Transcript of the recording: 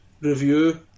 review